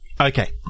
Okay